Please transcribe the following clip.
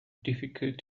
difficult